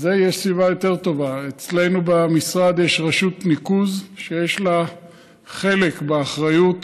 יש סיבה יותר טובה: אצלנו במשרד יש רשות ניקוז שיש לה חלק באחריות